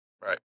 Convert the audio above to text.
Right